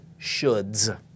shoulds